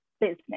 business